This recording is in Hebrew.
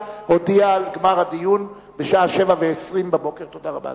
הודיעה על גמר הדיון בשעה 07:20. תודה רבה,